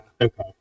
okay